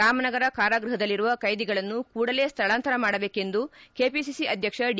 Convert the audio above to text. ರಾಮನಗರ ಕಾರಾಗೃಪದಲ್ಲಿರುವ ಕೈದಿಗಳನ್ನು ಕೂಡಲೇ ಸ್ಥಳಾಂತರ ಮಾಡಬೇಕೆಂದು ಕೆಪಿಸಿಸಿ ಅಧ್ಯಕ್ಷ ಡಿ